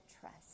trust